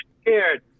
scared